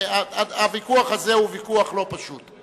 הוויכוח הזה הוא ויכוח לא פשוט.